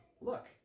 look